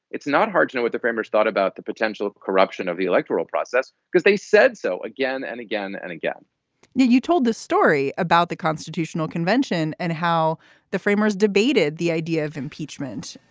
it's not hard to know what the framers thought about the potential corruption of the electoral process because they said so again and again and again you told the story about the constitutional convention and how the framers debated the idea of impeachment,